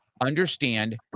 understand